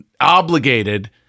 obligated